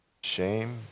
Shame